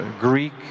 Greek